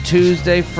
Tuesday